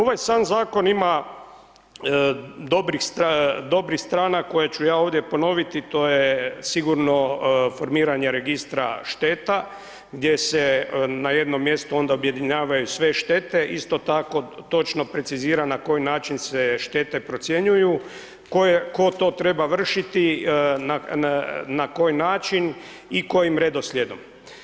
Ovaj sam zakon ima dobrih strana, koje ću ja ovdje ponoviti, to je sigurno formiranje Registra šteta, gdje se na jednom mjestu onda objedinjavaju sve štete, isto tako, točno precizira na koji način se štete procjenjuju, tko to treba vršiti, na koji način i kojim redoslijedom.